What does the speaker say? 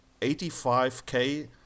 85k